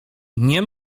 nie